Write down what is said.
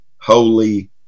holy